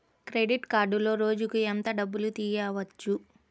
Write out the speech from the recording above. Credit కార్డులో రోజుకు ఎంత డబ్బులు తీయవచ్చు?